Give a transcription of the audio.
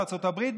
בארצות הברית,